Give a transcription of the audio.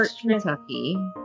Kentucky